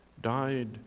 died